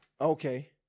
Okay